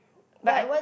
but